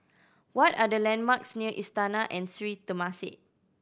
what are the landmarks near Istana and Sri Temasek